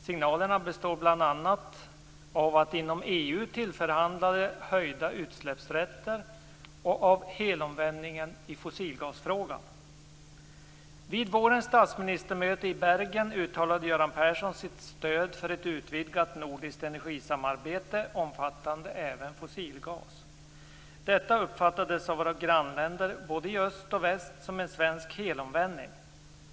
Signalerna består bl.a. av inom EU tillförhandlade höjda utsläppsrätter och av helomvändningen i fossilgasfrågan. Göran Persson sitt stöd för ett utvidgat nordiskt energisamarbete omfattande även fossilgas. Detta uppfattades av våra grannländer både i öst och i väst som en svensk helomvändning.